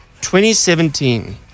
2017